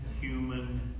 human